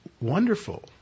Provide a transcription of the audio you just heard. wonderful